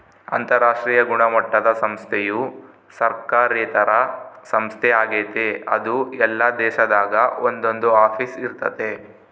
ಅಂತರಾಷ್ಟ್ರೀಯ ಗುಣಮಟ್ಟುದ ಸಂಸ್ಥೆಯು ಸರ್ಕಾರೇತರ ಸಂಸ್ಥೆ ಆಗೆತೆ ಅದು ಎಲ್ಲಾ ದೇಶದಾಗ ಒಂದೊಂದು ಆಫೀಸ್ ಇರ್ತತೆ